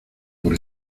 por